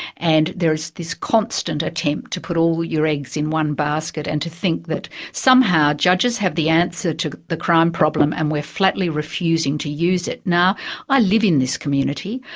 and there is this constant attempt to put all your eggs in one basket and to think that somehow, judges have the answer to the crime problem and we're flatly refusing to use it. now i live in this community,